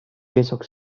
besok